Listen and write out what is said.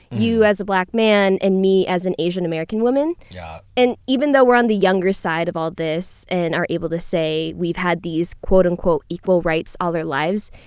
you as a black man and me as an asian-american woman. yeah and even though we're on the younger side of all this and are able to say we've had these, and equal equal rights all our lives,